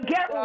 Get